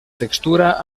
textura